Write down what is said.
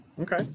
Okay